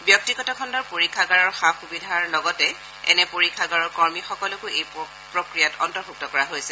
ব্যক্তিগত খণ্ডৰ পৰীক্ষাগাৰৰ সা সুবিধাৰ লগতে এনে পৰীক্ষাগাৰৰ কৰ্মীসকলকো এই প্ৰক্ৰিয়াত অন্তৰ্ভুক্ত কৰা হৈছে